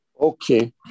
Okay